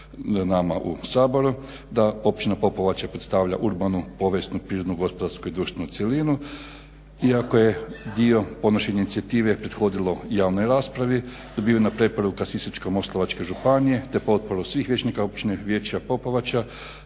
da općina Popovača predstavlja urbanu, povijesnu, prirodnu, gospodarsku i društvenu cjelinu. Iako je dio podnošenja inicijative prethodilo javnoj raspravi dobivena preporuka Sisačko-moslavačke županije, te potporu svih vijećnika općine Vijeća Popovača